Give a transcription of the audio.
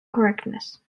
correctness